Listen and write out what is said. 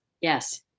Yes